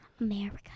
America